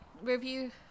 review